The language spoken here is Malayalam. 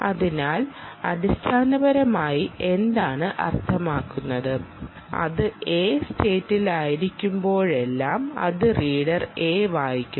അതിനാൽ അടിസ്ഥാനപരമായി എന്താണ് അർത്ഥമാക്കുന്നത് അത് A സ്റ്റേറ്റിലായിരിക്കുമ്പോഴെല്ലാം അത് റീഡർ എ വായിക്കുന്നു